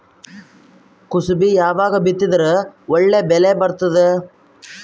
ಕುಸಬಿ ಯಾವಾಗ ಬಿತ್ತಿದರ ಒಳ್ಳೆ ಬೆಲೆ ಬರತದ?